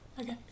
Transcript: Okay